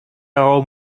are